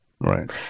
Right